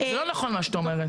זה לא נכון מה שאת אומרת.